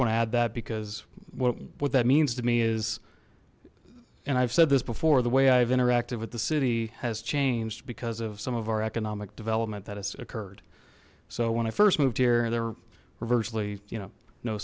want to add that because what what that means to me is and i've said this before the way i've interacted with the city has changed because of some of our economic development that has occurred so when i first moved here there were virtually you know no